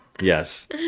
Yes